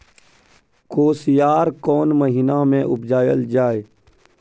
कोसयार कोन महिना मे उपजायल जाय?